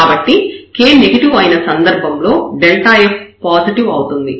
కాబట్టి k negative అయిన సందర్భంలో f పాజిటివ్ అవుతుంది